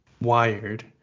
wired